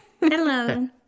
Hello